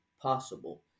possible